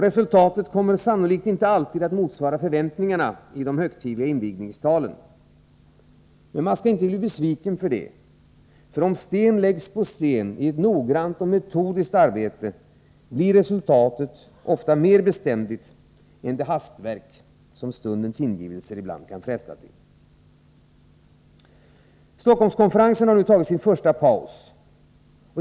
Resultatet kommer sannolikt inte alltid att motsvara förväntningarna i de högtidliga invigningstalen. Men man skall inte bli besviken för det. Om sten läggs på sten i ett noggrant och metodiskt arbete, blir resultatet ofta mer beständigt än resultatet av det hastverk som stundens ingivelser ibland kan fresta till. Stockholmskonferensen har nu tagit sin första paus.